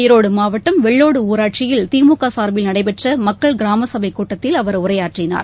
ஈரோடு மாவட்டம் வெள்ளோடு ஊராட்சியில் திமுக சார்பில் நடைபெற்ற மக்கள் கிராமசபை கூட்டத்தில் அவர் உரையாற்றினார்